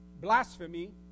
blasphemy